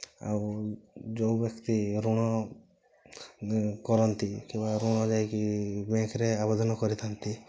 ଆଉ ଯେଉଁ ବ୍ୟକ୍ତି ଋଣ କରନ୍ତି କିମ୍ୱା ଋଣ ଯାଇକି ବ୍ୟାଙ୍କରେ ଆବେଦନ କରିଥାନ୍ତି